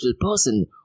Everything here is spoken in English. person